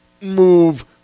move